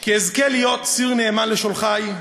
כי אזכה להיות ציר נאמן לשולחי,